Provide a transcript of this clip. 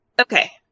Okay